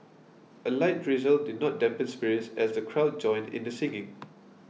a light drizzle did not dampen spirits as the crowd joined in the singing